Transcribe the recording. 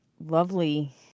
lovely